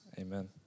Amen